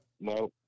No